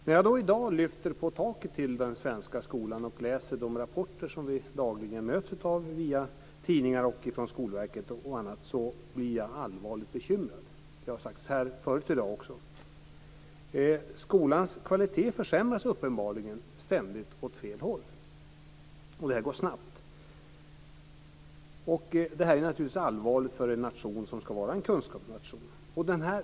När jag i dag lyfter på taket till den svenska skolan och läser de rapporter som vi dagligen möts av via tidningar, från Skolverket osv. blir jag allvarligt bekymrad. Sådant har sagts också tidigare här i dag. Skolans kvalitet försämras uppenbarligen ständigt åt fel håll och det går snabbt. Detta är naturligtvis allvarligt för en nation som ska vara en kunskapsnation.